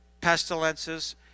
pestilences